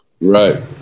Right